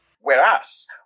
whereas